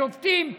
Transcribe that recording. השופטים,